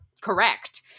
correct